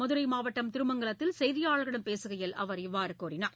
மதுரை மாவட்டம் திருமங்கலத்தில் செய்தியாளர்களிடம் பேசுகையில் அவர் இவ்வாறு கூறினார்